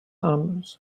arms